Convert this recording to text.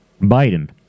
Biden